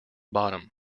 bottom